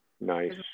Nice